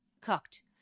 cooked